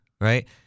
right